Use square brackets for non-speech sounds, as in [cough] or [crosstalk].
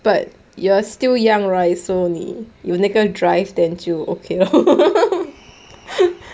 but you're still young right so 你有那个 drive then 就 okay lor [laughs]